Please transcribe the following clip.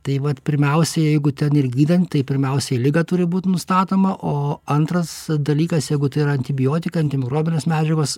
tai vat pirmiausia jeigu ten ir gydant tai pirmiausiai liga turi būt nustatoma o antras dalykas jeigu tai yra antibiotikai antimikrobinės medžiagos